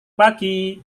pagi